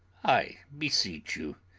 i beseech you,